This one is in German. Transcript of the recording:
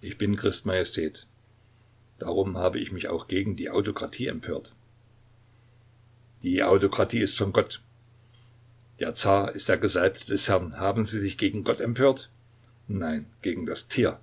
ich bin christ majestät darum habe ich mich auch gegen die autokratie empört die autokratie ist von gott der zar ist der gesalbte des herrn haben sie sich gegen gott empört nein gegen das tier